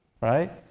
right